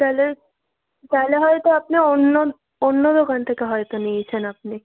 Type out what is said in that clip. তাহলে তাহলে হয়তো আপনি অন্য অন্য দোকান থেকে হয়তো নিয়েছেন আপনি